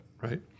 Right